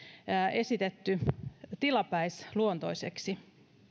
esitetty tilapäisluontoisiksi